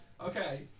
Okay